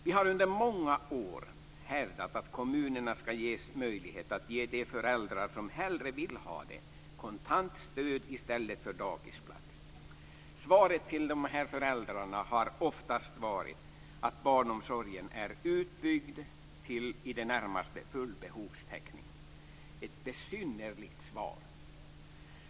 Vi har länge hävdat att kommunerna skall ges möjlighet att ge de föräldrar som heller vill ha det kontant stöd i stället för dagisplats. Svaret till dessa föräldrar har oftast varit att barnomsorgen är utbyggd till i det närmaste full behovstäckning - ett besynnerligt svar.